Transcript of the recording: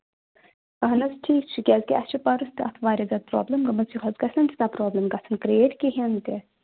اہن حظ ٹھیٖک چھُ کیٛازِ کہِ اَسہِ چھُ پَرُس تہِ اَتھ واریاہ زیادٕ پرابلِم گٔمٕژ یِہُس گژھن تیٖژاہ پرابلِم گژھان کِرٛییٹ کِہیٖنۍ تہِ